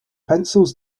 pencils